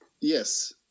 yes